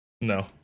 No